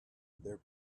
their